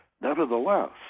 Nevertheless